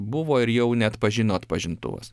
buvo ir jau neatpažino atpažintuvas